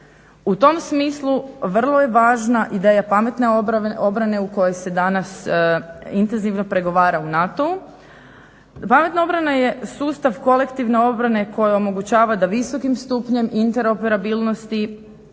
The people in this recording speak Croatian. U tom smislu vrlo je važna ideja pametne obrane u kojoj se danas intenzivno pregovara u NATO-u. Pametna obrana je sustav kolektivne obrane koja omogućava da visokim stupnjem interoperabilnosti